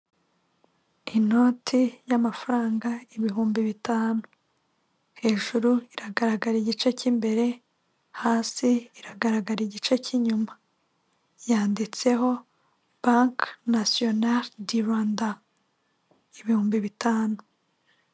Inoti y'amafaranga ibihumbi bitanu hejuru iragaragara igice cy'imbere hasi iragaragara igice cy'inyuma yanditseho banki nasiyonari di Rwanda, ibihumbi bitanu.